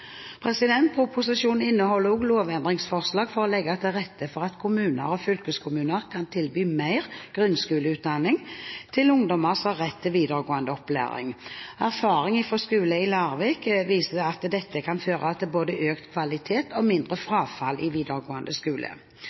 Proposisjonen inneholder også lovendringsforslag for å legge til rette for at kommuner og fylkeskommuner kan tilby mer grunnskoleopplæring til ungdommer som har rett til videregående opplæring. Erfaring fra en skole i Larvik viser at dette kan føre til både økt kvalitet og mindre frafall i videregående skole.